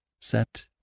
set